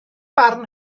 barn